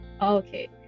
Okay